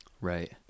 Right